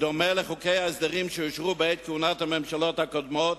בדומה לחוקי ההסדרים שאושרו בעת כהונת הממשלות הקודמות,